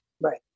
Right